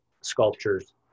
sculptures